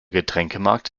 getränkemarkt